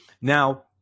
now